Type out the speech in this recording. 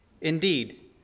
Indeed